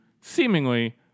seemingly